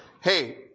Hey